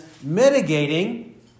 mitigating